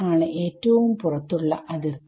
ആണ് ഏറ്റവും പുറത്തുള്ള അതിർത്തി